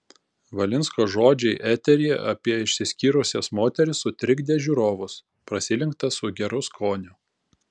valinsko žodžiai eteryje apie išsiskyrusias moteris sutrikdė žiūrovus prasilenkta su geru skoniu